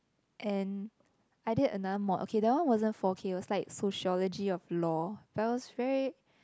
and I did another mod okay that one wasn't four K was like sociology of law but was very